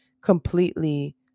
completely